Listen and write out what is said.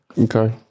Okay